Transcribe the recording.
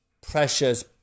precious